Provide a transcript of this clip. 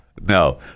no